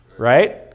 Right